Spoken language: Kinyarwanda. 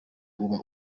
uba